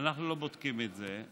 אנחנו לא בודקים את זה.